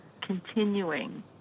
continuing